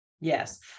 Yes